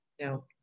No